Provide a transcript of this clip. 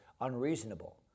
unreasonable